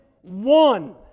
one